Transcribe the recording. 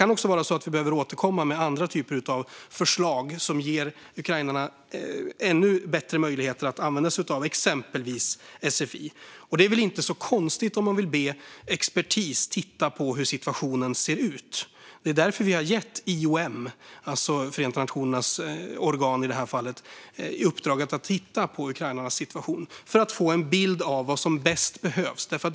Det kan vara så att vi behöver återkomma med andra typer av förslag som ger ukrainarna ännu bättre möjligheter att använda sig av exempelvis sfi. Det är väl inte så konstigt om man vill be expertis att titta på hur situationen ser ut. Det är därför vi har gett Förenta nationernas organ IOM i uppdrag att titta på ukrainarnas situation, för att få en bild av vad som bäst behövs.